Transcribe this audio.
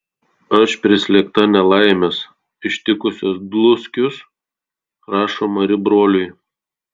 aš prislėgta nelaimės ištikusios dluskius rašo mari broliui